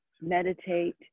meditate